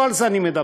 לא על זה אני מדבר.